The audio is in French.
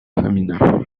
féminin